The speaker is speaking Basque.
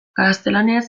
gaztelaniaz